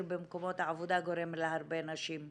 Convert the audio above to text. במקומות עבודה גורם להרבה נשים לשתוק.